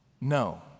No